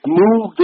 move